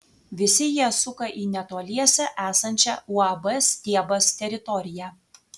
visi jie suka į netoliese esančią uab stiebas teritoriją